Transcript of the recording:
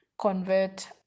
convert